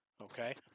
okay